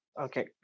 Okay